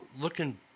looking